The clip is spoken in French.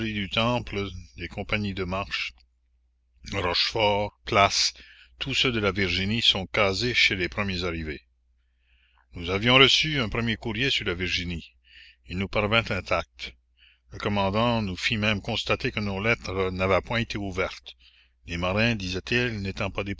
du temple des compagnies de marche rochefort place tous ceux de la virginie sont casés chez les premiers arrivés nous avions reçu un premier courrier sur la virginie il nous parvint intact le commandant nous fit même constater que nos lettres n'avaient point été ouvertes les marins disait-il n'étant la commune pas